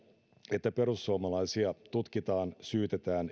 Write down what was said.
että perussuomalaisia tutkitaan syytetään